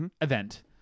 Event